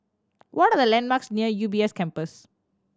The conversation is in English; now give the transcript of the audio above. what are the landmarks near U B S Campus